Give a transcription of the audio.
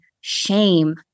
shame